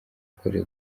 kure